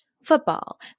Football